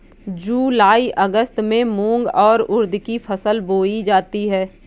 जूलाई अगस्त में मूंग और उर्द की फसल बोई जाती है